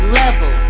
level